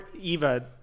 Eva